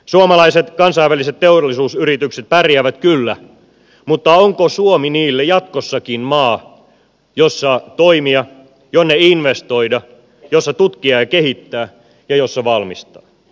suomalaiset kansainväliset teollisuusyritykset pärjäävät kyllä mutta onko suomi niille jatkossakin maa jossa toimia jonne investoida jossa tutkia ja kehittää ja jossa valmistaa